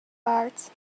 parts